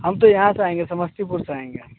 हम तो यहाँ से आएँगे समस्तीपुर से आएँगे